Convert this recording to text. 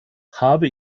habe